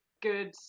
good